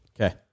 okay